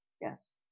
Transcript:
Yes